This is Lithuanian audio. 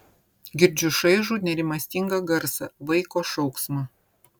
girdžiu šaižų nerimastingą garsą vaiko šauksmą